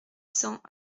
cents